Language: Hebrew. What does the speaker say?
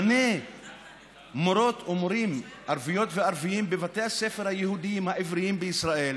מנה מורות ומורים ערביות וערבים בבתי הספר היהודיים העבריים בישראל,